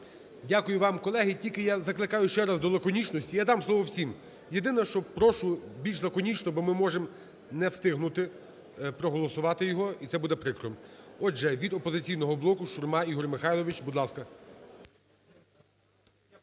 Дякую вам. Колеги, тільки я закликаю ще раз до лаконічності. Я дам слово всім. Єдине, що прошу більш лаконічно, бо ми можемо не встигнути проголосувати його, і це буде прикро. Отже, від "Опозиційного блоку" Шурма Ігор Михайлович. Будь ласка.